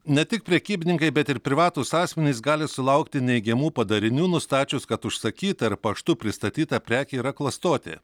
ne tik prekybininkai bet ir privatūs asmenys gali sulaukti neigiamų padarinių nustačius kad užsakyta ar paštu pristatyta prekė yra klastotė